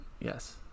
yes